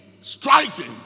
striking